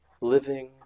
living